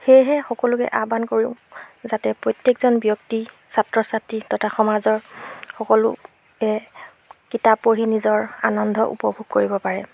সেয়েহে সকলোকে আহ্বান কৰোঁ যাতে প্ৰত্যেকজন ব্যক্তি ছাত্ৰ ছাত্ৰী তথা সমাজৰ সকলোৱে কিতাপ পঢ়ি নিজৰ আনন্দ উপভোগ কৰিব পাৰে